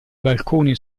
balcone